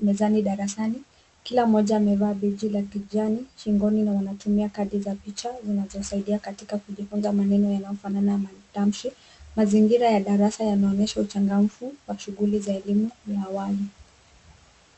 mezani darasani, kila mmoja amevaa baji la kijani shingoni na wanatumia kadi za picha zinazosaidia katika kujifunza maneno yanayofanana matamshi. Mazingira ya darasa yanaonyesha uchangamvu wa shughuli za elimu ya awali.